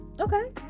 okay